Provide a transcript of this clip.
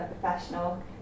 professional